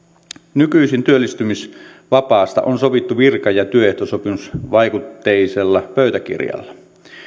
nykyisin työllistymisvapaasta on sovittu virka ja työehtosopimusvaikutteisella pöytäkirjalla